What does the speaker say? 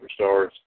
superstars